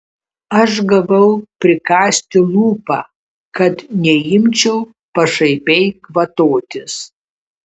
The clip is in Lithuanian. aš gavau prikąsti lūpą kad neimčiau pašaipiai kvatotis